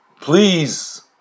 please